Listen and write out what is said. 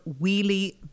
wheelie